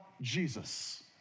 Jesus